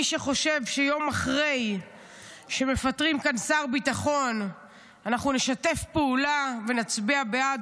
מי שחושב שיום אחרי שמפטרים כאן שר ביטחון אנחנו נשתף פעולה ונצביע בעד,